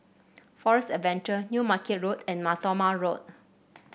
Forest Adventure New Market Road and Mar Thoma Road